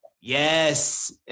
Yes